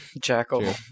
Jackal